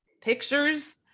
pictures